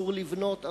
אסור לבנות,